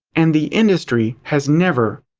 and the industry has never,